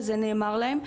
וזה נאמר להם,